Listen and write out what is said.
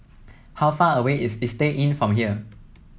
how far away is Istay Inn from here